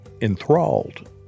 enthralled